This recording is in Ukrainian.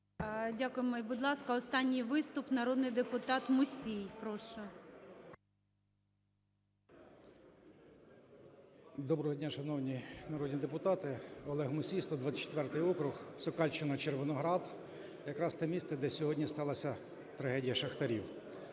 І, будь ласка, останній виступ. Народний депутат Мусій. Прошу. 10:38:51 МУСІЙ О.С. Доброго дня, шановні народні депутати. Олег Мусій, 124 округ, Сокальщина, Червоноград, якраз те місце, де сьогодні сталася трагедія шахтарів.